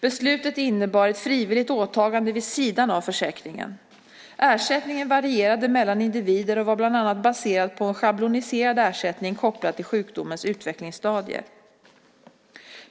Beslutet innebar ett frivilligt åtagande vid sidan av försäkringen. Ersättningen varierade mellan individer och var bland annat baserad på en schabloniserad ersättning kopplad till sjukdomens utvecklingsstadier.